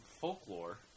folklore